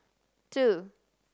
two